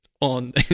on